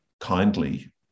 kindly